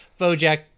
Bojack